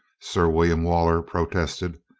sir william waller protested.